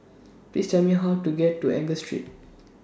Please Tell Me How to get to Angus Street